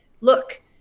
Look